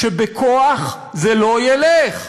שבכוח זה לא ילך.